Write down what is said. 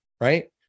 right